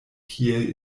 kiel